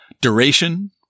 Duration